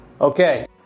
Okay